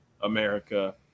America